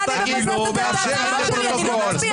אני לא מצביעה אוטומטית.